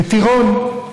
כטירון,